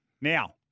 Now